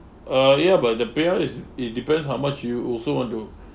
uh ya but the payout is it depends how much you also want to